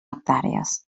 hectàrees